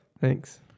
Thanks